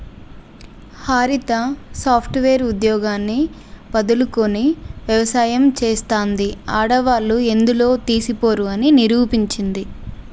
హరిత software ఉద్యోగాన్ని వదులుకొని వ్యవసాయం చెస్తాంది, ఆడవాళ్లు ఎందులో తీసిపోరు అని నిరూపించింది